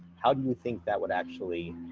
how do you think that would actually